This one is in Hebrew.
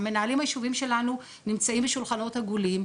המנהלים היישוביים שלנו נמצאים בשולחנות עגולים,